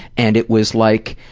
and it was like,